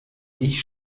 ich